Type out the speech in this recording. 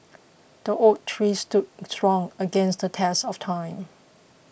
the oak tree stood strong against the test of time